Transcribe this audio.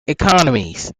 economies